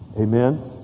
amen